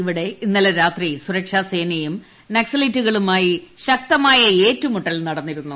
ഇവിടെ ഇന്നലെ രാത്രി സുരക്ഷാ സേനയും നക്സലൈറ്റുകളുമായും ശക്തമായ ഏറ്റുമുട്ടൽ നടന്നിരുന്നു